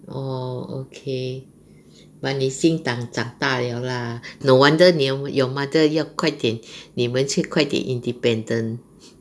orh okay but 你已经长大 liao lah no wonder your mother 要快点你们去快点 independent